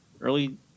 early